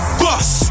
bus